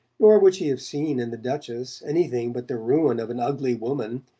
nor would she have seen in the duchess anything but the ruin of an ugly woman,